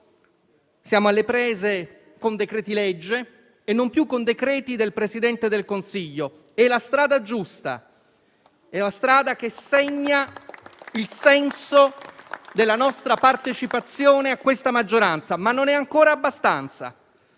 Siamo alle prese con decreti legge e non più con decreti del Presidente del Consiglio: è la strada giusta ed è la strada che segna il senso della nostra partecipazione a questa maggioranza. Tuttavia non è ancora abbastanza,